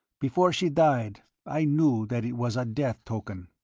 before she died i knew that it was a death-token.